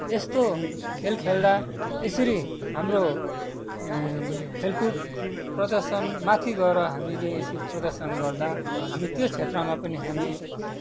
यस्तो खेल खेल्दा यसरी हाम्रो खेलकुद प्रदर्शन माथि गएर हामीले यसरी प्रदर्शन गर्दा त्यो क्षेत्रमा पनि हामी